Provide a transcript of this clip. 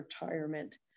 retirement